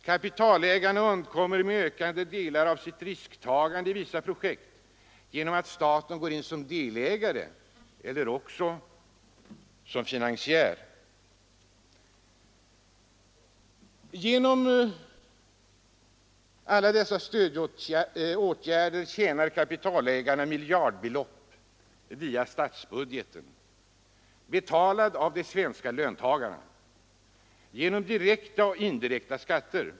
Kapitalägarna undkommer ökande delar av sitt risktagande i vissa projekt genom att staten går in som delägare eller finansiär. Genom alla dessa stödåtgärder tjänar kapitalägarna via statsbudgeten miljardbelopp, betalade av de svenska löntagarna genom direkta och indirekta skatter.